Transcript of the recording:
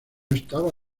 estaba